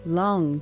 long